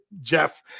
Jeff